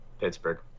Pittsburgh